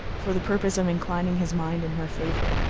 for the purpose of inclining his mind in her favor.